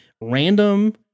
random